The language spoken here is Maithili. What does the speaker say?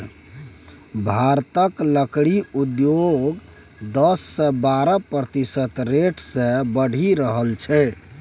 भारतक लकड़ी उद्योग दस सँ बारह प्रतिशत रेट सँ बढ़ि रहल छै